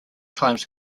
times